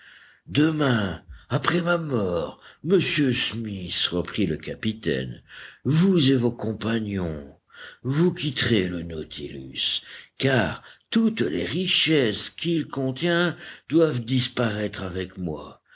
demain après ma mort monsieur smith reprit le capitaine vous et vos compagnons vous quitterez le nautilus car toutes les richesses qu'il contient doivent disparaître avec moi